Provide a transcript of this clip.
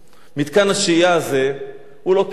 מתקן השהייה הזה הוא לא כלא.